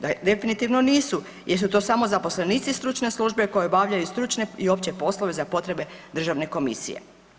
Definitivno nisu jer su to samo zaposlenici stručne službe koje obavljaju stručne i opće poslove za potrebe državne komisije.